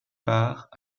part